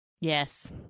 Yes